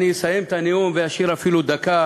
אני אסיים את הנאום ואשאיר אפילו דקה